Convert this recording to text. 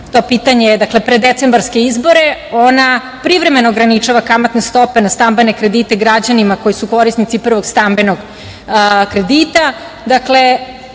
to pitanje, dakle, pre decembarske izbore, ona privremeno ograničava kamatne stope na stambene kredite građanima koji su korisnici prvog stambenog kredita, dakle,